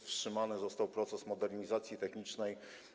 Wstrzymany został proces modernizacji technicznej.